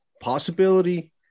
Possibility